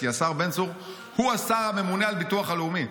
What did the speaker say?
כי השר בן צור הוא השר הממונה על הביטוח הלאומי.